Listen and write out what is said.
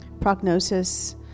prognosis